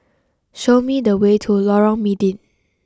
show me the way to Lorong Mydin